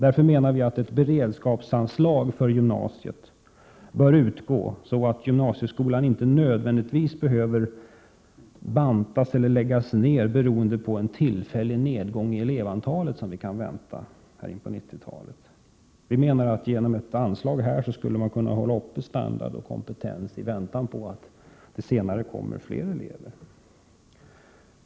Därför menar vi att det bör utgå ett beredskapsanslag för gymnasieskolan, så att den inte nödvändigtvis behöver bantas eller läggas ned beroende på en eventuellt väntad tillfällig nedgång av elevantalet under 90-talet. Vi menar att genom ett anslag här skulle man kunna hålla uppe standard och kompetens i väntan på att det senare kommer fler elever.